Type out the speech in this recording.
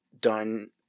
done